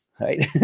right